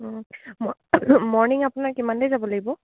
অঁ মৰ্ণিং আপোনাৰ কিমান দেৰিত যাব লাগিব